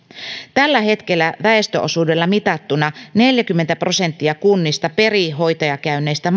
tällä hetkellä väestöosuudella mitattuna neljäkymmentä prosenttia kunnista perii hoitajakäynneistä